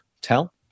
Tell